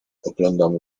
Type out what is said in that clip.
oglądam